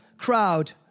crowd